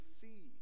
see